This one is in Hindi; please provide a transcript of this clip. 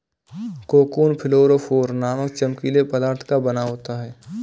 कोकून फ्लोरोफोर नामक चमकीले पदार्थ का बना होता है